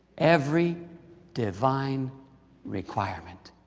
every divine requirement.